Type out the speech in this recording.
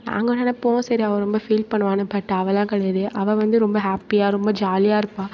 நாங்கள் நினப்போம் சரி அவள் ரொம்ப ஃபீல் பண்ணுவாள்னு பட் அவள்லாம் கிடையாது அவள் வந்து ரொம்ப ஹேப்பியாக ரொம்ப ஜாலியாக இருப்பாள்